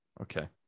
okay